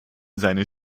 seine